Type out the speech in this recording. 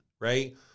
right